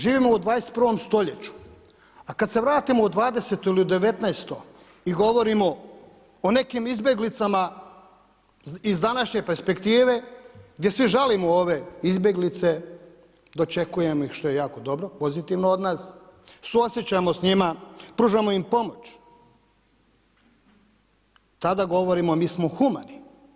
Živimo u 21. stoljeću, a kad se vratimo u 20. ili u 19. i govorimo o nekim izbjeglicama iz današnje perspektive, gdje svi žalimo ove izbjeglice, dočekujemo ih, što je jako dobro i pozitivno od nas, suosjećamo s njima, pružamo im pomoć, tada govorimo: mi smo humani.